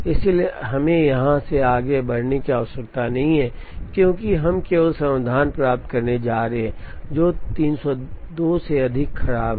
इसलिए अब हमें यहां से आगे बढ़ने की कोई आवश्यकता नहीं है क्योंकि हम केवल समाधान प्राप्त करने जा रहे हैं जो 302 से अधिक खराब हैं